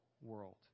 world